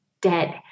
dead